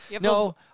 No